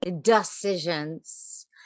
decisions